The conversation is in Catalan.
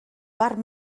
part